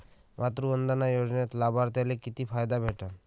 मातृवंदना योजनेत लाभार्थ्याले किती फायदा भेटन?